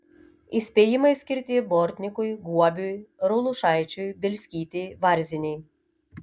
įspėjimai skirti bortnikui guobiui raulušaičiui bielskytei varzienei